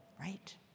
right